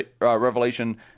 revelation